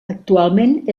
actualment